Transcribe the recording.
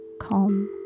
calm